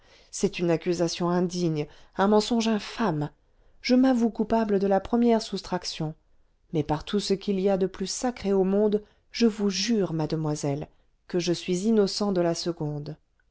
c'est une accusation indigne un mensonge infâme je m'avoue coupable de la première soustraction mais par tout ce qu'il y a de plus sacré au monde je vous jure mademoiselle que je suis innocent de la seconde